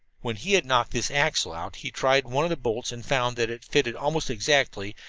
when he had knocked this axle out he tried one of the bolts and found that it fitted almost exactly,